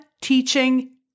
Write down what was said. teaching